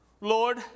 Lord